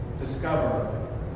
discover